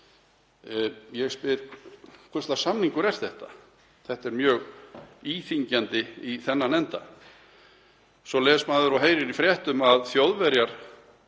Ég spyr: Hvers lags samningur er þetta? Þetta er mjög íþyngjandi í þennan enda. Svo les maður og heyrir í fréttum að Þjóðverjar,